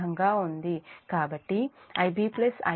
కాబట్టి IbIc 0